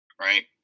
right